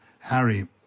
Harry